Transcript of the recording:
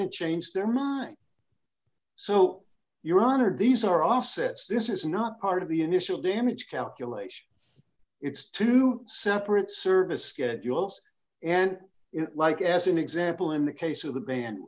and change their mind so your honor these are all sets this is not part of the initial damage calculation it's two separate service schedules and like as an example in the case of the band